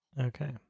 Okay